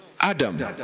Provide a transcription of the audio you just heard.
Adam